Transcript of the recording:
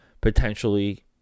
potentially